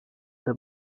der